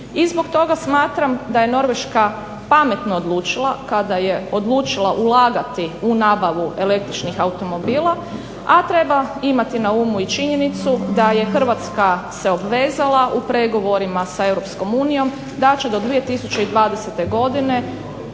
I zbog toga smatram da je Norveška pametno odlučila kada je odlučila ulagati u nabavu električnih automobila, a treba imati na umu i činjenicu da je Hrvatska se obvezala u pregovorima sa EU da će do 2020. godine